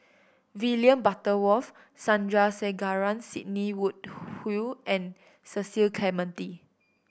William Butterworth Sandrasegaran Sidney Woodhull and Cecil Clementi